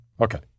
Okay